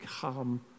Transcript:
come